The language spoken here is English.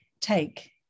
take